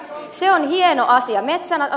se on hieno asia